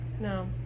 No